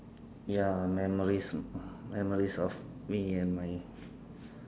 ya memories memories of me and my